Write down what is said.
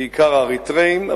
בעיקר אריתריאים,